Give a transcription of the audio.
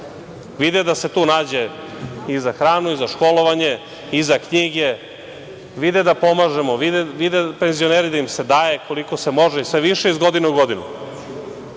Vide da se tu nađe i za hranu, i za školovanje, i za knjige, vide da pomažemo, vide penzioneri da im se daje koliko se može sve više iz godine i godinu.